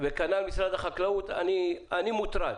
וכנ"ל משרד החקלאות, אני מוטרד.